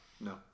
no